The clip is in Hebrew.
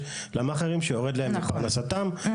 למאכערים שיורד להם מפרנסתם --- נכון.